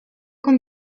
con